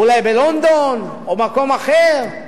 אולי בלונדון או מקום אחר.